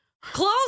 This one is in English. Close